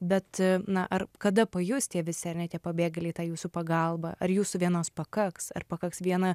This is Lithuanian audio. bet na ar kada pajus tie visi ar ne tie pabėgėliai tą jūsų pagalba ar jūsų vienos pakaks ar pakaks vieną